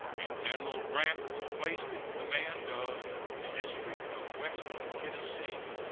and general grant was placed in command of the district of west tennessee.